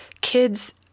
kids